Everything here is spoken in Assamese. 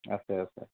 আছে আছে